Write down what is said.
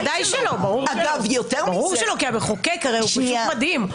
ודאי שלא כי המחוקק הוא פשוט מדהים.